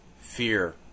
fear